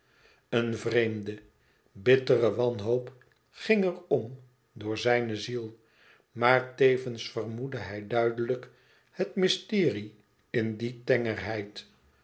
een vreemde bittere wanhoop ging er om door zijne ziel maar tevens vermoedde hij duidelijk het mysterie in die